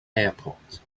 airport